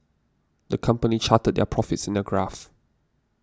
the company charted their profits in a graph